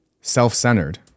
self-centered